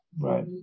right